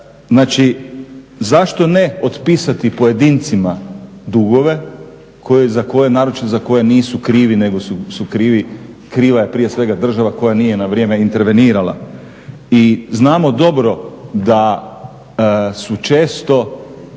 Znači zašto ne otpisati pojedincima dugove koje, za koje naročito nisu krivi nego kriva je prije svega država koja nije na vrijeme intervenirala. I znamo dobro da su često,